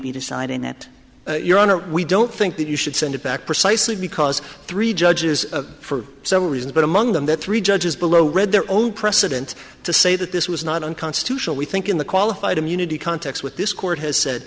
be deciding that your honor we don't think that you should send it back precisely because three judges for some reason but among them that three judges below read their own precedent to say that this was not unconstitutional we think in the qualified immunity context with this court has said